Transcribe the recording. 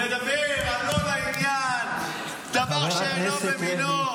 מדבר על לא לעניין, דבר שלא במינו.